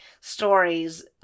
stories